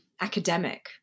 academic